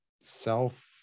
self